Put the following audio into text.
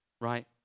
right